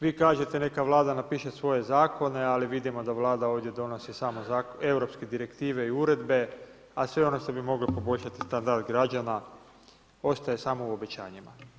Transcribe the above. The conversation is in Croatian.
Vi kažete neka Vlada napiše svoje zakone, ali vidimo da Vlada ovdje donosi samo Europske direktive i uredbe, a sve ono što bi moglo poboljšati standard građana ostaje samo u obećanjima.